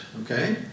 okay